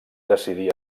decidir